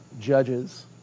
Judges